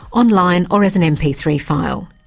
online or as an m p three file.